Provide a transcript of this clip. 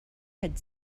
had